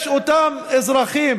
יש אותם אזרחים